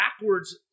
backwards